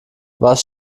was